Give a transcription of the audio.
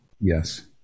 Yes